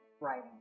writing